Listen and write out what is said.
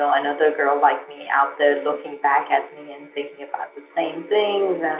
ah another girl like me out there looking back at the same things,